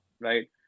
right